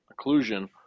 occlusion